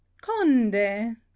conde